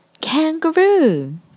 kangaroo